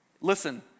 Listen